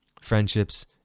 friendships